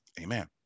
Amen